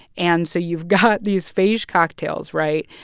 and so you've got these phage cocktails, right?